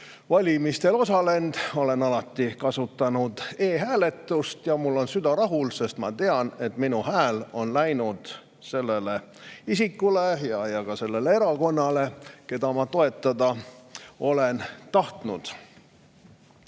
e‑valimistel osalenud. Olen alati kasutanud paberhääletust ja mul on süda rahul, sest ma tean, et minu hääl on läinud sellele isikule ja sellele erakonnale, keda ma toetada olen tahtnud. Täna